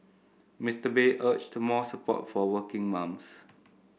Mister Bay urged the more support for working mums